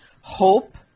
hope